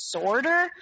disorder